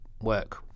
work